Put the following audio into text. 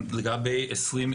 לגבי 2020,